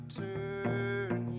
turn